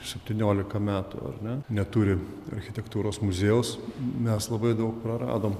septyniolika metų ar ne neturi architektūros muziejaus mes labai daug praradom